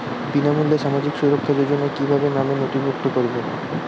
বিনামূল্যে সামাজিক সুরক্ষা যোজনায় কিভাবে নামে নথিভুক্ত করবো?